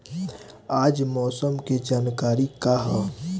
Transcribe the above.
आज मौसम के जानकारी का ह?